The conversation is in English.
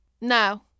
No